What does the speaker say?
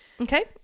Okay